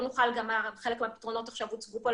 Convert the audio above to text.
גם חלק מהפתרונות עכשיו הוצגו פה,